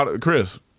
Chris